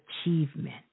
achievement